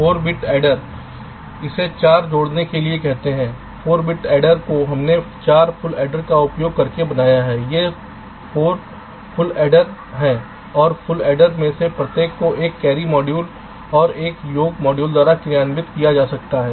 4 bit adder इसे 4 जोड़ने के लिए कहते हैं 4 बिट एडर जो हमने 4 फुल एडर का उपयोग करके बनाया था ये 4 फुल एडर हैं और फुल एडर में से प्रत्येक को एक कैरी मॉड्यूल और एक योग मॉड्यूल द्वारा कार्यान्वित किया जा सकता है